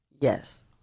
Yes